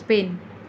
Spain